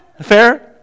Fair